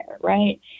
right